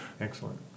Excellent